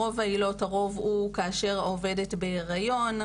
ברוב העילות הרוב הוא כאשר העובדת בהיריון,